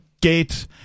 gate